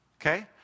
okay